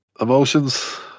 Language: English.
Emotions